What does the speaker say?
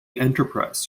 enterprise